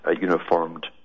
uniformed